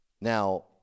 Now